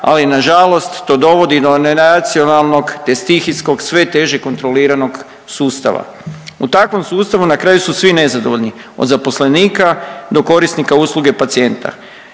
ali nažalost to dovodi do nenacionalnog, te stihijskog sve teže kontroliranog sustava. U takvom sustavu na kraju su svi nezadovolji od zaposlenika do korisnika usluge pacijenta.